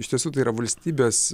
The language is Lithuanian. iš tiesų tai yra valstybės